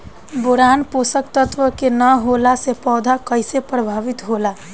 Boron पोषक तत्व के न होला से पौधा कईसे प्रभावित होला?